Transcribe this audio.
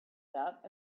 that